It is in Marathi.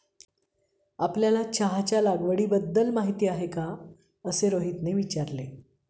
आपल्याला चहाच्या लागवडीबद्दल माहीती आहे का असे रोहितने विचारले?